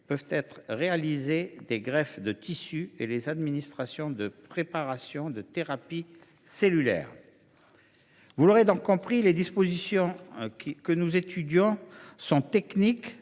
peuvent être réalisées les greffes de tissus et les administrations de préparations de thérapie cellulaire. Les dispositions que nous étudions sont techniques,